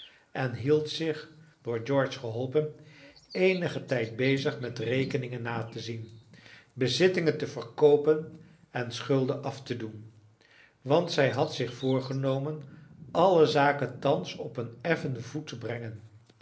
en hield zich door george geholpen eenigen tijd bezig met rekeningen na te zien bezittingen te verkoopen en schulden af te doen want zij had zich voorgenomen alle zaken thans op een effen voet te brengen